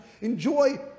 enjoy